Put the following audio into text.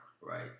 Right